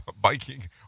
biking